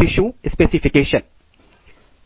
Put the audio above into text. tissue specification है